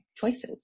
choices